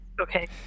Okay